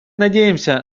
надеемся